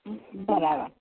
હં બરાબર